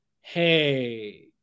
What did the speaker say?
hey